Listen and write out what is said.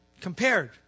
compared